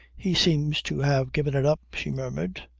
he seems to have given it up, she murmured.